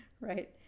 Right